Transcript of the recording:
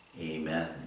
Amen